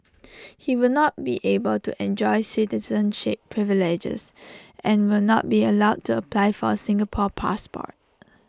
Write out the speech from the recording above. he will not be able to enjoy citizenship privileges and will not be allowed to apply for A Singapore passport